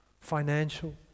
financial